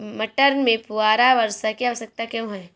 मटर में फुहारा वर्षा की आवश्यकता क्यो है?